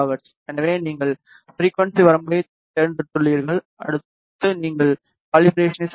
எனவே நீங்கள் ஃபிரிக்குவன்ஸி வரம்பைத் தேர்ந்தெடுத்துள்ளீர்கள் அடுத்து நீங்கள் கலிபராசனை செய்ய வேண்டும்